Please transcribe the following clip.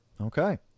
Okay